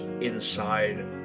inside